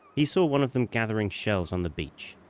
he saw one of them gathering shells on the beach.